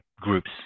groups